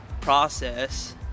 process